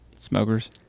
Smokers